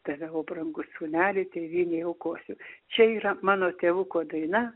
tave o brangus sūneli tėvynei aukosiu čia yra mano tėvuko daina